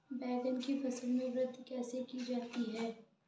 बैंगन की फसल में वृद्धि कैसे की जाती है?